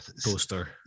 poster